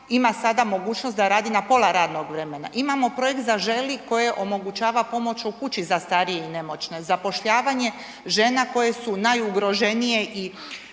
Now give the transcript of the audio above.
ima sada mogućnost da radi na pola radnog vremena. Imamo projekt Zaželi koje omogućava pomoć u kući za starije i nemoćne, zapošljavanje žena koje su najugroženije